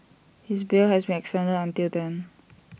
his bail has been extended until then